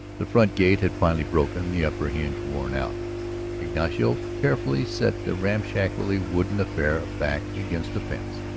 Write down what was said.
the front gate had finally broken, the upper hinge worn out ignacio carefully set the ramshackly wooden affair back against the fence,